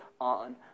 on